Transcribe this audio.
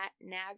nag